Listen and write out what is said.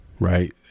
Right